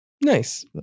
Nice